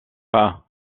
pas